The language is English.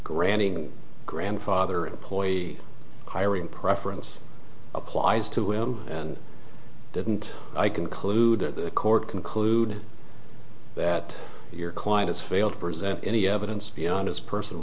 granting grandfather employee hiring preference applies to him and didn't i conclude that the court concluded that your client has failed to present any evidence beyond his personal